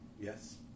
Yes